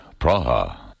Praha